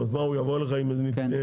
הוא יבוא אליך עם הניקוד?